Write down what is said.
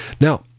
Now